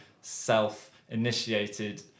self-initiated